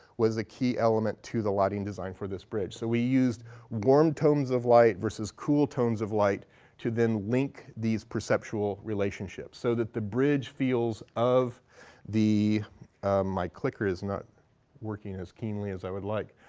was a key element to the lighting design for this bridge. so we used warm tones of light versus cool tones of light to then link these perceptual relationships. so that the bridge feels of the my clicker is not working as keenly as i would like.